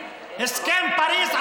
הסכם פריז,